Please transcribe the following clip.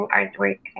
artwork